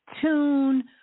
tune